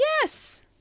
Yes